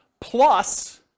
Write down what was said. plus